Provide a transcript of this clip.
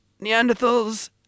Neanderthals